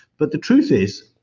but the truth is